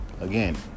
Again